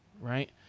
right